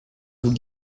vous